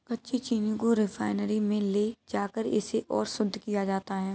कच्ची चीनी को रिफाइनरी में ले जाकर इसे और शुद्ध किया जाता है